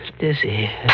dizzy